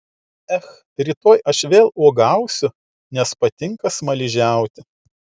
ech rytoj aš vėl uogausiu nes patinka smaližiauti